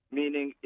meaning